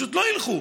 פשוט לא ילכו.